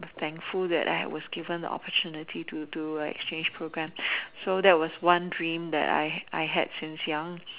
thankful that I was given the opportunity to do a exchange program so that was one dream that I I had since young